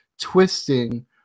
twisting